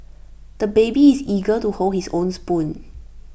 the baby is eager to hold his own spoon